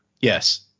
Yes